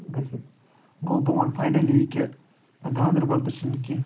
گٔژھِتھ گوٚو بہٕ وَنہٕ فاینٔلی یہِ کہِ گاندَربَل تہِ چھُنہٕ کیٚنٛہہ